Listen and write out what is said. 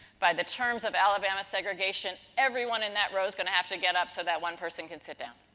by the terms of alabama alabama segregation, everyone in that row is going to have to get up so that one person can sit down.